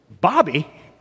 Bobby